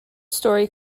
story